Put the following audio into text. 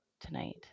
tonight